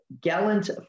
gallant